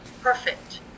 perfect